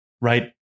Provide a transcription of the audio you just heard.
right